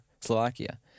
Slovakia